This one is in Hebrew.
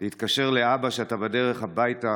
להתקשר לאבא שאתה בדרך הביתה